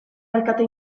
mercato